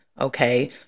Okay